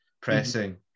pressing